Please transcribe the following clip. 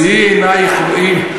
שאי עינייך וראי,